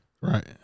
Right